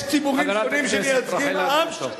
יש ציבורים שונים, חברת הכנסת רחל אדטו.